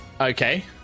Okay